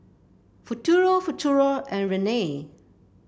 Futuro Futuro and Rene